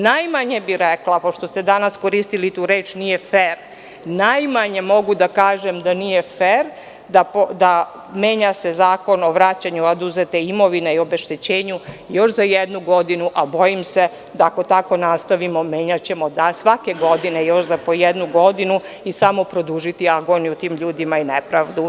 Najmanje bih rekla, pošto ste danas koristili tu reč nije fer, da nije fer da se menja Zakon o vraćanju oduzete imovine i obeštećenju još za jednu godinu, a bojim se da ako tako nastavimo menjaćemo ga svake godine još za po jednu godinu i samo produžiti agoniju tim ljudima i nepravdu.